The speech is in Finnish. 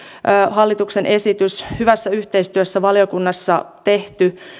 hallituksen esitys hyvässä yhteistyössä valiokunnassa tehty